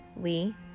lee